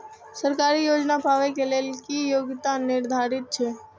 सरकारी योजना पाबे के लेल कि योग्यता निर्धारित छै?